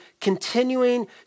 continuing